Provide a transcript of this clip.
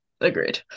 agreed